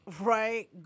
right